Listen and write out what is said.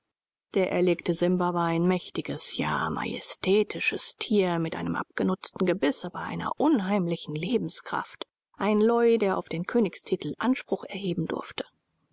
der erlegte simba war ein mächtiges ja majestätisches tier mit einem abgenutzten gebiß aber einer unheimlichen lebenskraft ein leu der auf den königstitel anspruch erheben durfte